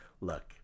Look